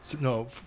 No